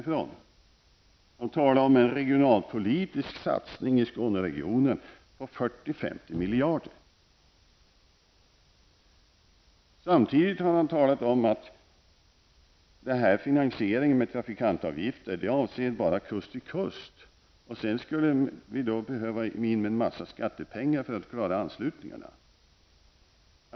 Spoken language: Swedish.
Han talar om en regionalpolitisk satsning i Skåneregionen på 40--50 Samtidigt har Elving Andersson talat om att finansieringen med trafikantavgifter bara avser förbindelsen från kust till kust. För att klara anslutningarna skulle vi därutöver behöva ytterligare en mängd skattepengar.